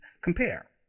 compare